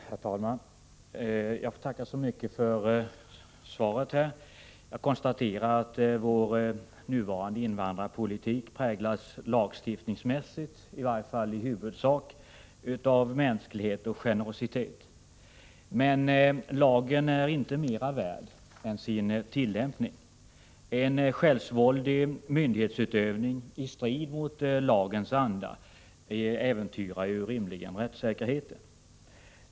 Herr talman! Jag får tacka så mycket för svaret. Jag konstaterar att vår nuvarande invandrarpolitik lagstiftningsmässigt präglas i varje fall i huvudsak av mänsklighet och generositet. Men lagen är inte mer värd än sin tillämpning. En självsvåldig myndighetsutövning i strid med lagens anda äventyrar rimligen rättssäkerheten.